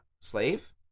Slave